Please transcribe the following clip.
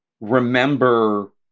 remember